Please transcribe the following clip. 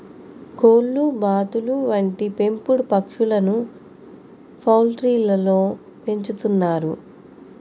కోళ్లు, బాతులు వంటి పెంపుడు పక్షులను పౌల్ట్రీలలో పెంచుతున్నారు